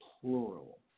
plural